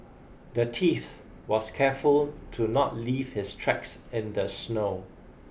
the thief was careful to not leave his tracks in the snow